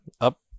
up